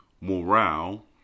morale